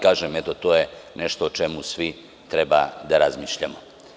Kažem, to je nešto o čemu svi treba da razmišljamo.